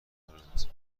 میکنند